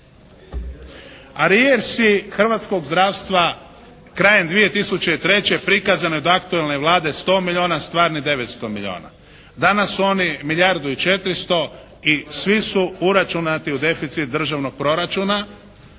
… hrvatskog zdravstva krajem 2003. prikazano je od aktualne Vlade 100 milijuna, stvarnih 900 milijuna. Danas su oni milijardu i 400 i svi su uračunati u deficit državnog proračuna